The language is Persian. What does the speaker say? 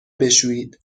بشویید